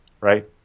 right